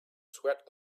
sweat